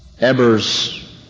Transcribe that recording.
Ebers